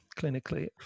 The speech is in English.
clinically